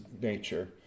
nature